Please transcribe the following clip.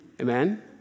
Amen